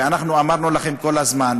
ואנחנו אמרנו לכם כל הזמן,